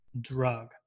drug